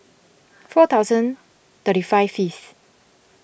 four thousand thirty five fifth